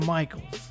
Michaels